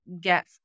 get